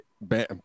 bam